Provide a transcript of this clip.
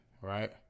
right